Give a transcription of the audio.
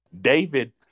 David